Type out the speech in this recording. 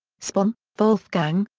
spohn, wolfgang,